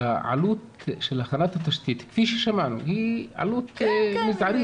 שהעלות של הכנת התשתית כפי ששמענו היא עלות מזערית,